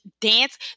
dance